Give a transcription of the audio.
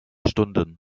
stunden